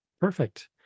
Perfect